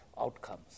outcomes